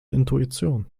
intuition